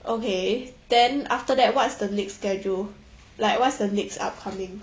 okay then after that what's the next schedule like what's the next upcoming